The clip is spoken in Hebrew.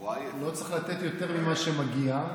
לא צריך לתת יותר ממה שמגיע,